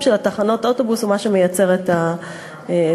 של תחנות האוטובוס הוא מה שמייצר את הבעיה.